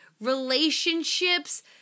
relationships